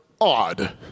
odd